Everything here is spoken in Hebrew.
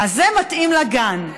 זה מתאים לגן.